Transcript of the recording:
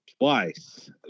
twice